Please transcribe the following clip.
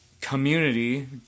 community